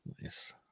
Nice